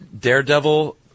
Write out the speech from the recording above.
daredevil